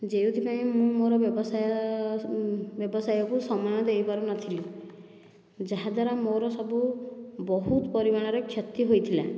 ଯେଉଁଥିପାଇଁ ମୁଁ ମୋର ବ୍ୟବସାୟ ବ୍ୟବସାୟକୁ ସମୟ ଦେଇପରୁନଥିଲି ଯାହାଦ୍ଵାରା ମୋର ସବୁ ବହୁତ ପରିମାଣରେ କ୍ଷତି ହୋଇଥିଲା